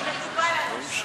מקובל עלי.